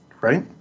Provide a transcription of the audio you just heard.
right